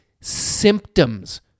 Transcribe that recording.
symptoms